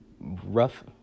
rough